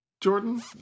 Jordan